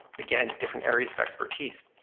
again, different areas of expertise.